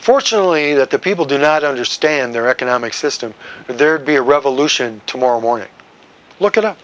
fortunately that the people do not understand their economic system there'd be a revolution tomorrow morning look it